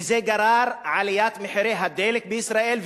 וזה גרר עליית מחירי הדלק בישראל,